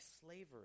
slavery